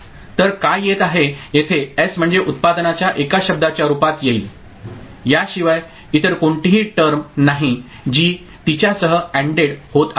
तर काय येत आहे येथे एस म्हणजे उत्पादनाच्या एका शब्दाच्या रूपात येईल याशिवाय इतर कोणतीही टर्म नाही जी तिच्यासह एन्डेड होत आहे